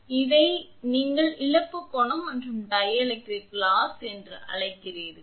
எனவே இதை நீங்கள் அந்த இழப்பு கோணம் மற்றும் டைஎலக்ட்ரிக் லாஸ்என்று அழைக்கிறீர்கள்